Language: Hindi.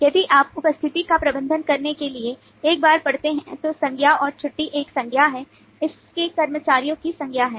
यदि आप उपस्थिति का प्रबंधन करने के लिए एक बार पढ़ते हैं तो संज्ञा और छुट्टी एक संज्ञा है इसके कर्मचारियों की संज्ञा है